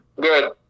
Good